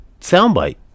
soundbite